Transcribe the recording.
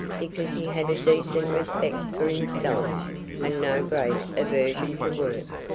because he had a decent respect for himself and no great aversion to work.